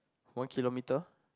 one kilometer